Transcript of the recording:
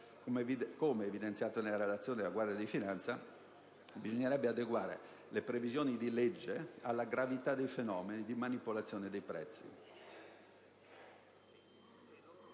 Come evidenziato nella relazione della Guardia di finanza, bisognerebbe adeguare le previsioni di legge alla gravità dei fenomeni di manipolazione dei prezzi.